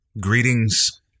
Greetings